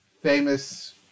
famous